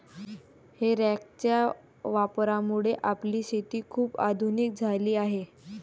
हे रॅकच्या वापरामुळे आपली शेती खूप आधुनिक झाली आहे